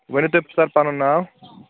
ؤنِو تُہۍ سَر پَنُن ناو